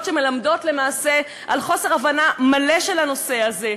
שמלמדות למעשה על חוסר הבנה מלא של הנושא הזה.